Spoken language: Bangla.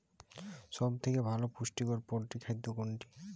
সব থেকে ভালো পুষ্টিকর পোল্ট্রী খাদ্য কোনটি?